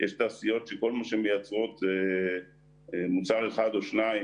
יש תעשיות שכל מה שהן מייצרות זה מוצר אחד או שניים